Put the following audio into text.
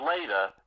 later